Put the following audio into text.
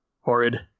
horrid